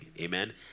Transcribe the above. amen